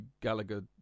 Gallagher